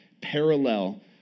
parallel